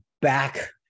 back